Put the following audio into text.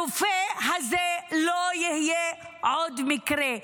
הרופא הזה לא יהיה עוד מקרה.